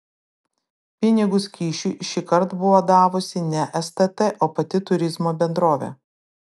pinigus kyšiui šįkart buvo davusi ne stt o pati turizmo bendrovė